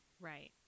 Right